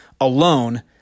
alone